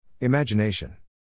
Imagination